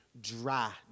dry